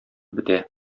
бетә